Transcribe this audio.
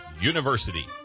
University